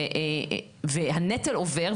והנטל עובר,